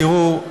תראו,